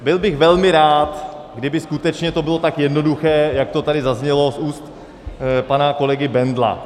Byl bych velmi rád, kdyby skutečně to bylo tak jednoduché, jak to tady zaznělo z úst pana kolegy Bendla.